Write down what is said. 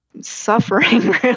suffering